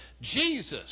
Jesus